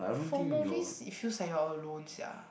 for movies it feels like you are alone sia